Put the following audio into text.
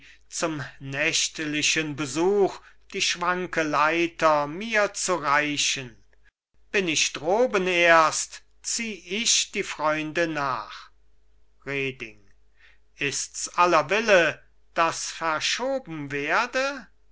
zum nächtlichen besuch die schwanke leiter mir zu reichen bin ich droben erst zieh ich die freunde nach reding ist's aller will dass verschoben werde